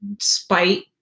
spite